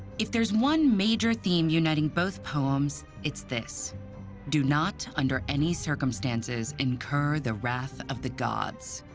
if there's one major theme uniting both poems, it's this do not, under any circumstances, incur the wrath of the gods.